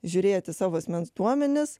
žiūrėti į savo asmens duomenis